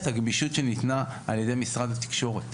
הגמישות שניתנה על ידי משרד התקשורת.